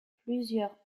plusieurs